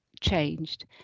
changed